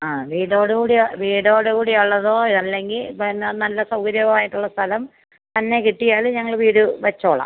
ആ വീടോട് കൂടിയ വീടോട് കൂടിയുള്ളതോ അല്ലെങ്കിൽ പിന്നെ നല്ല സൗകര്യമായിട്ടുള്ള സ്ഥലം തന്നെ കിട്ടിയാൽ ഞങ്ങൾ വീട് വച്ചോളാം